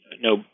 no